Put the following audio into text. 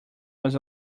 was